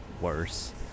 worse